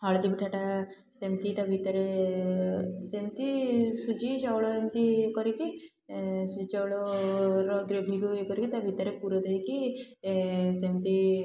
ହଳଦୀ ପିଠାଟା ସେମିତି ତା' ଭିତରେ ସେମତି ସୁଜି ଚାଉଳ ଏମତି କରିକି ସୁଜି ଚାଉଳର ଗ୍ରାଇଣ୍ଡିଙ୍ଗ କରିକି ତା' ଭିତରେ ପୁର ଦେଇକି ସେମତି